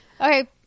Okay